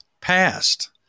passed